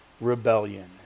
rebellion